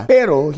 Pero